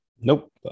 Nope